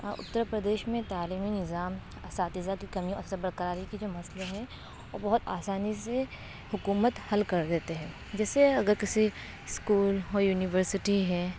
اترپردیش میں تعلیمی نظام استاتذہ کی کمی اور سب برقراری کی جو مسئلے ہیں وہ بہت آسانی سے حکومت حل کر دیتے ہیں جیسے اگر کسی اسکول ہو یونیورسٹی ہے